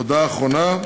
הודעה אחרונה,